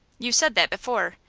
you said that before.